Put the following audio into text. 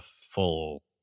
full